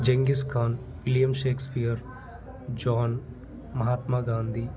Genghis Khan William Shakespeare John Mahatma Gandhi